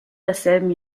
desselben